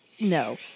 No